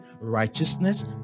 Righteousness